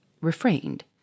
refrained